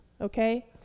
okay